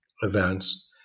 events